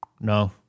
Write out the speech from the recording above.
No